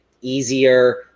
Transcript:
easier